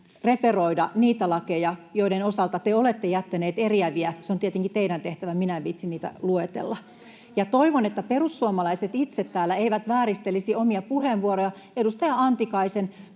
referoida niitä lakeja, joiden osalta te olette jättäneet eriäviä. Se on tietenkin teidän tehtävänne. Minä en viitsi niitä luetella. [Sanna Antikaisen välihuuto] Toivon, että perussuomalaiset itse täällä eivät vääristelisi omia puheenvuorojaan. Edustaja Antikaisen